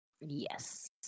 Yes